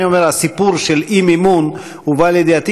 אני אומר הסיפור של האי-מימון הובא לידיעתי.